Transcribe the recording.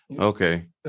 Okay